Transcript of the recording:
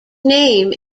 name